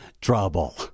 Trouble